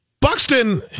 Buxton